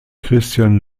christian